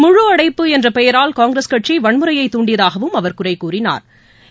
முழு அடைப்பு என்ற பெயரால் காங்கிரஸ் கட்சி வன்முறையை தூண்டியதாகவும் அவர் குறை கூறினா்